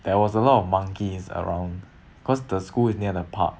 there was a lot of monkeys around cause the school is near the park